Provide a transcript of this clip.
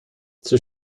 zur